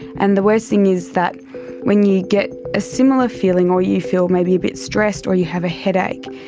and the worst thing is that when you get a similar feeling or you feel maybe a bit stressed or you have a headache,